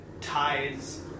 ties